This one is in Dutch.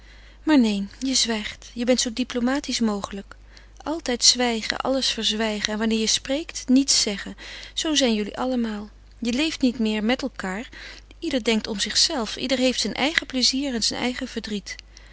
maar neen je zwijgt je bent zoo diplomatisch mogelijk altijd zwijgen alles verzwijgen en wanneer je spreekt niets zeggen zoo zijn jullie allemaal je leeft niet meer met elkaâr ieder denkt om zichzelven ieder heeft zijn eigen plezier en zijn eigen verdriet